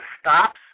stops